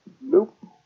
Nope